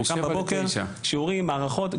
הוא שם בבוקר שיעורים, מערכות.